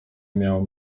miałam